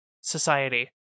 Society